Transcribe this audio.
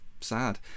sad